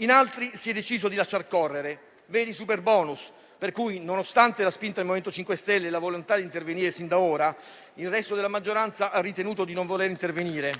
in altri si è deciso di lasciar correre: vedi il superbonus, per cui, nonostante la spinta del MoVimento 5 Stelle e la volontà di intervenire sin da ora, il resto della maggioranza ha ritenuto di non voler intervenire.